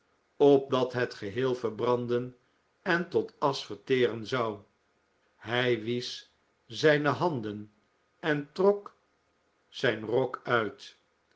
opdat het geheel verbranden en tot asch verteren zou hij wiesch zijne handen en trok zijn rok uit